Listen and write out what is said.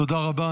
תודה רבה.